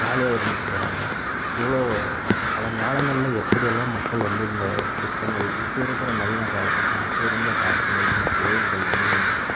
ஜாலியாக இருந்துவிட்டு போகிறாங்க இவ்வளோ பழங்காலங்களில் எப்படியெல்லாம் மக்கள் வந்து இந்த சிற்பங்கள் இப்போ இருக்கிற நவீன காலத்துக்கும் அப்போ இருந்த காலத்தில் இருந்த கோயில்கள் வடிவமைத்ததுக்கும்